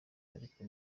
ariko